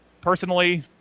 Personally